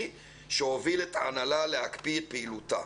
שהוביל את ההנהלה להקפיא את פעילותה,